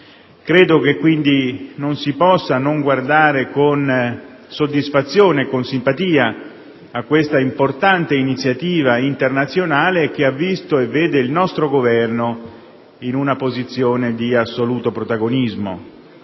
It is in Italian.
Credo pertanto che non si possa non guardare con soddisfazione e con simpatia a questa importante iniziativa internazionale che ha visto e vede il nostro Governo in una posizione di assoluto protagonismo.